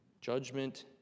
Judgment